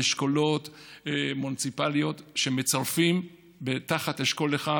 אשכולות מוניציפליים, שמצרפים תחת אשכול אחד